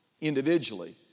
individually